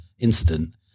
incident